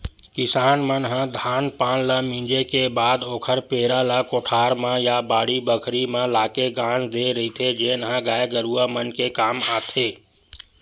किसान मन ह धान पान ल मिंजे के बाद ओखर पेरा ल कोठार म या बाड़ी बखरी म लाके गांज देय रहिथे जेन ह गाय गरूवा मन के काम आथे